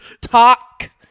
Talk